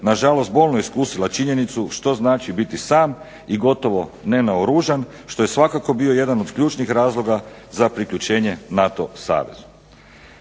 na žalost bolno iskusila činjenicu što znači biti sam i gotovo nenaoružan što je svakako bio jedan od ključnih razloga za priključenje NATO savezu.